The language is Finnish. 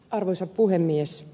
arvoisa puhemies